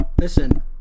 listen